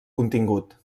contingut